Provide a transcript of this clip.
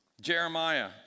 Jeremiah